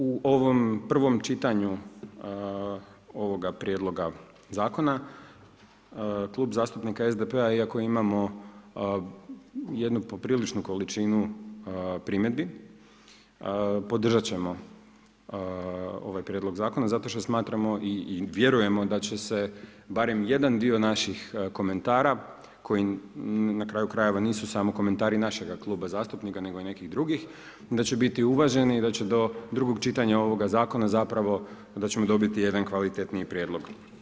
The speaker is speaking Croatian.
U ovom prvom čitanju ovoga prijedloga zakona, Klub zastupnika SDP-a, iako imamo jednu popriličnu količinu primjedbi, podržat ćemo ovaj prijedlog zakona, zato što smatramo i vjerujemo da će se barem jedan dio naših komentara, koji na kraju krajeva nisu samo komentari našega kluba zastupnika, nego i nekih drugih, da će biti uvaženi i da će do drugog čitanja ovoga zakona zapravo, da ćemo dobiti jedan kvalitetniji prijedlog.